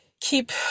keep